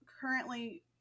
currently